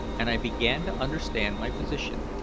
and i began to understand my position.